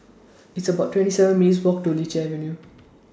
It's about twenty seven minutes' Walk to Lichi Avenue